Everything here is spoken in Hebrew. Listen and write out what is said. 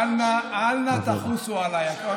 לא חבר הכנסת.